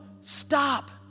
stop